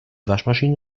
waschmaschine